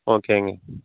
ஓகேங்க